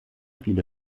viele